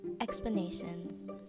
Explanations